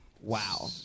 Wow